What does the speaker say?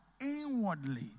inwardly